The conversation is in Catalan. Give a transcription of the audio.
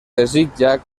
desitja